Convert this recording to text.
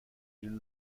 d’une